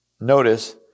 notice